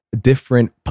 Different